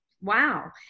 Wow